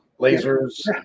lasers